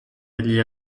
degli